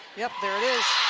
yep, there it is.